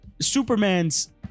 superman's